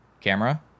camera